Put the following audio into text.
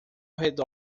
redor